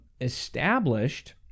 established